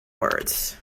words